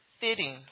fitting